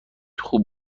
خوب